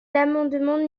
l’amendement